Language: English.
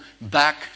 back